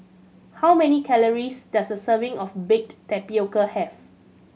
how many calories does a serving of baked tapioca have